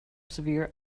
severe